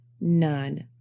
None